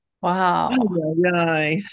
Wow